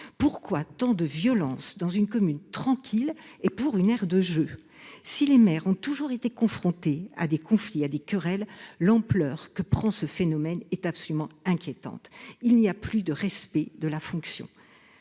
Pourquoi tant de violence dans une commune tranquille et pour une aire de jeux ? Si les maires ont toujours été confrontés à des conflits et des querelles, l’ampleur que prend le phénomène est inquiétante. Il n’y a plus de respect de la fonction.